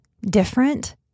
different